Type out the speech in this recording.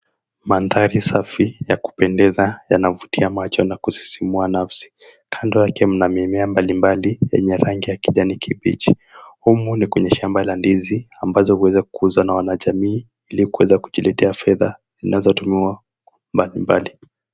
Mandhari safi na ya kupendeza yanavutia macho na kusisimua nafsi. Kando yake mna mimea mbali mbali yenye rangi ya kijani kibichi. Humu ni kwenye shamba la ndizi ambazo huweza kuuzwa na wanajamii ili kuweza kujileta fedha zinazotumiwa mbali mbali.